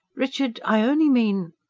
richard, i only mean.